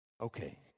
Okay